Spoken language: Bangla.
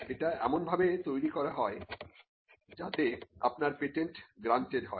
এটা এমন ভাবে তৈরি করা হয় যাতে আপনার পেটেন্ট গ্রান্টেড হয়